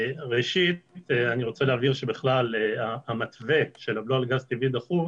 ראשית אני רוצה להבהיר שבכלל המתווה של הבלו על גז טבעי דחוס